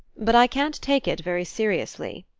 but i can't take it very seriously.